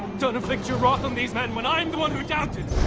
don't infflict your wrath on these men when i'm the one who doubted